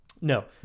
No